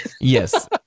Yes